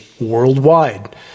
worldwide